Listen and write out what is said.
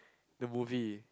the movie